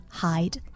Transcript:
hide